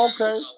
Okay